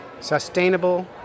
Sustainable